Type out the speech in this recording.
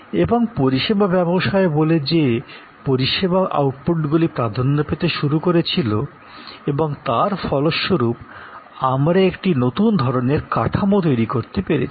এবং পরিষেবা ব্যবসায় বলে যে পরিষেবা আউটপুটগুলি প্রাধান্য পেতে শুরু করেছিল এবং তার ফলস্বরূপ আমরা একটি নতুন ধরণের কাঠামো তৈরি করতে পেরেছি